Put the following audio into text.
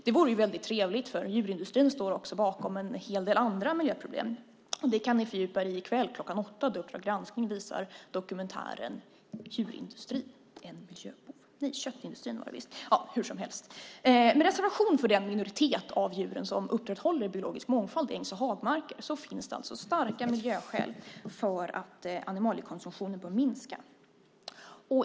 Det vore trevligt, för djurindustrin står också bakom en hel del andra miljöproblem. Det kan ni fördjupa er i i kväll klockan åtta då Uppdrag granskning visar en dokumentär om köttindustrin. Med reservation för den minoritet av djuren som upprätthåller biologisk mångfald i ängs och hagmarker finns det starka miljöskäl för att animaliekonsumtionen bör minska.